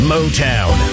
Motown